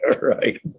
right